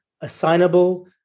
assignable